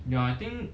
ya I think